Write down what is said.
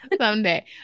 Someday